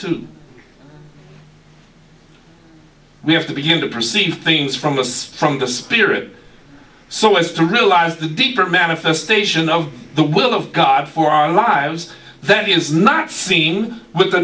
to we have to begin to perceive things from us from the spirit so as to realize the deeper manifestation of the will of god for our lives that he has not seen